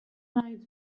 rides